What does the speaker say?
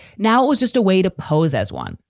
now, it was just a way to pose as one.